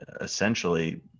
essentially